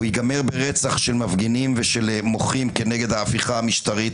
הוא ייגמר ברצח של מפגינים ושל מוחים כנגד ההפיכה המשטרית,